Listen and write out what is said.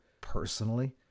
personally